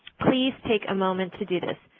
please take a moment to do this,